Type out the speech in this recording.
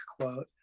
quote